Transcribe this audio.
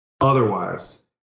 otherwise